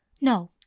No